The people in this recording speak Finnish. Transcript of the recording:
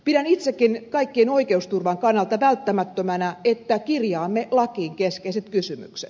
pidän itsekin kaikkien oikeusturvan kannalta välttämättömänä että kirjaamme lakiin keskeiset kysymykset